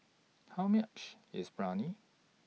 How much IS